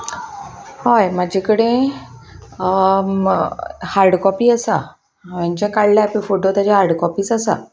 हय म्हाजे कडेन हार्डकॉपी आसा हांवें जे काडल्या फोटो ताजे हार्डकॉपीस आसा